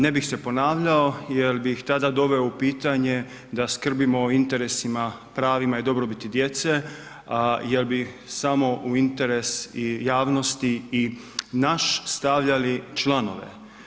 Ne bih se ponavljao jer bih tada doveo u pitanje da skrbimo o interesima, pravima i dobrobiti djece jer bi samo u interes i javnosti i naš, stavljali članove.